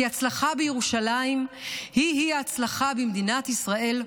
כי הצלחה בירושלים היא-היא ההצלחה במדינת ישראל כולה,